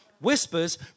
Whispers